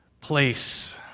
place